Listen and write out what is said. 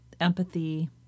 empathy